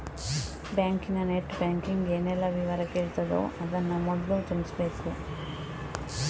ಬ್ಯಾಂಕಿನ net banking ಏನೆಲ್ಲ ವಿವರ ಕೇಳ್ತದೋ ಅದನ್ನ ಮೊದ್ಲು ತುಂಬಿಸ್ಬೇಕು